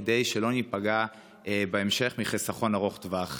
כדי שלא ניפגע בהמשך בחיסכון ארוך טווח.